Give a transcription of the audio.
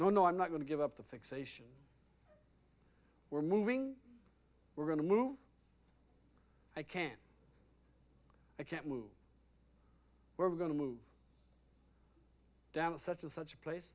no no i'm not going to give up the fixation we're moving we're going to move i can't i can't move we're going to move down such and such a place